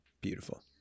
Beautiful